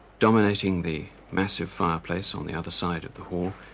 dominating the massive fireplace on the other side of the hall,